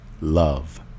love